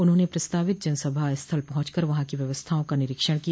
उन्हाने प्रस्तावित जनसभा स्थल पहुंचकर वहां की व्यवस्थाओं का निरीक्षण किया